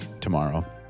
tomorrow